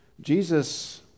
Jesus